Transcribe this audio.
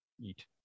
Eat